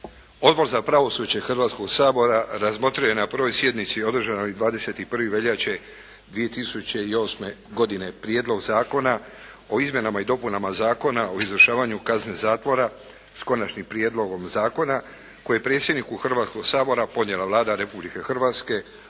Odbor za pravosuđe Hrvatskog sabora razmotrio je na prvoj sjednici održanoj 21. veljače 2008. godine Prijedlog zakona o izmjenama i dopunama Zakona o izvršavanju kazne zatvora s konačnim prijedlogom zakona koji je predsjedniku Hrvatskog sabora podnijela Vlada Republike Hrvatske